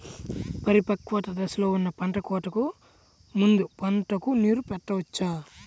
పరిపక్వత దశలో ఉన్న పంట కోతకు ముందు పంటకు నీరు పెట్టవచ్చా?